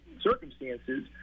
circumstances